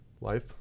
Life